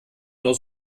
nur